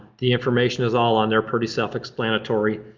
the information is all on there. pretty self-explanatory.